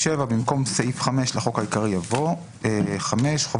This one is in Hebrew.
7.החלפת סעיף 5 במקום סעיף 5 לחוק העיקרי יבוא: "5.חובת